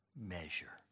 measure